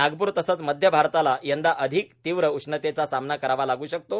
नागप्र तसंच मध्य भारताला यंदा अधिक तीव्र उष्णतेचा सामना करावा लागू शकतो